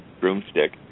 broomstick